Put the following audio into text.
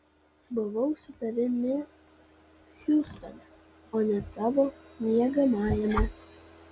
buvau su tavimi hjustone o ne tavo miegamajame